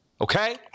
Okay